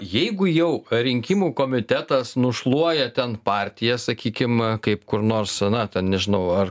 jeigu jau rinkimų komitetas nušluoja ten partiją sakykim kaip kur nors na ten nežinau ar